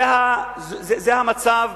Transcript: זה המצב,